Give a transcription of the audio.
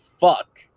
fuck